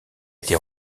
été